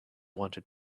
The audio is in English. wanted